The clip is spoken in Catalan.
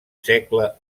segle